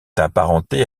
apparenté